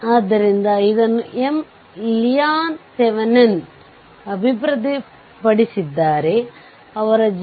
ಆದ್ದರಿಂದ ಈ ಸಂದರ್ಭದಲ್ಲಿ i0 1 6 ampere ಮತ್ತು RThevenin V0 i0 ಅನ್ನು ಪಡೆಯುತ್ತೀರಿ